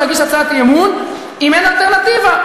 להגיש הצעת אי-אמון אם אין אלטרנטיבה.